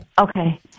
Okay